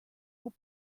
will